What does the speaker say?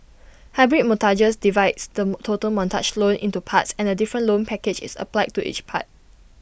hybrid mortgages divides the total mortgage loan into parts and A different loan package is applied to each part